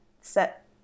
set